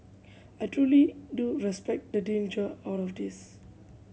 I truly do respect the danger out of this